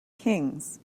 kings